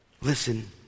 Listen